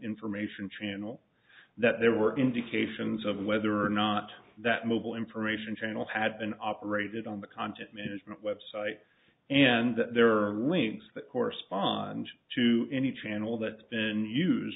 information channel that there were indications of whether or not that mobile information channel had been operated on the content management website and there are links that correspond to any channel that been used